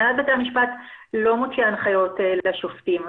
הנהלת בתי המשפט לא מוציאה הנחיות לשופטים.